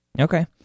Okay